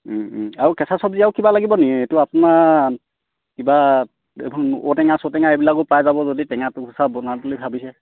আৰু কেঁচা চব্জি আৰু কিবা লাগিব নেকি এইটো আপোনাৰ কিবা দেখোন ঔটেঙা চঔটেঙা এইবিলাকো পাই যাব যদি টেঙা বনাম বুলি ভাবিছে